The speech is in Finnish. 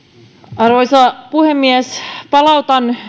arvoisa puhemies palautan